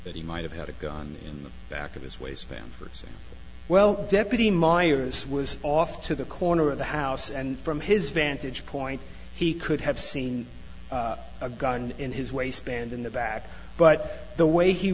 that he might have had a gun in the back of his waistband versus well deputy myers was off to the corner of the house and from his vantage point he could have seen a gun in his waistband in the back but the way he